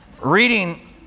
reading